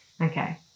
okay